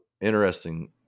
interesting